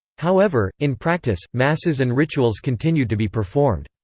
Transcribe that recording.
however, in practice, masses and rituals continued to be performed.